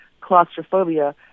claustrophobia